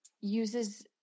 uses